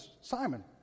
Simon